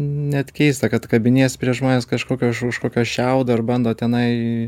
net keista kad kabinėjasi prie žmonės kažkokio už už kokio šiaudo ir bando tenai